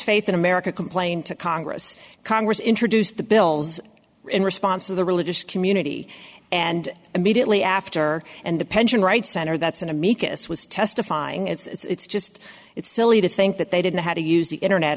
faith in america complained to congress congress introduced the bills in response to the religious community and immediately after and the pension rights center that's an amicus was testifying it's just it's silly to think that they didn't know how to use the internet